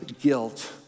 guilt